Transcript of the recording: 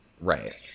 right